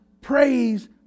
praise